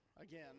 again